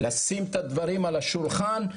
לשים את הדברים על השולחן.